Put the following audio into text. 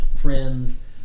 friends